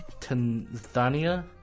tanzania